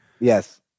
yes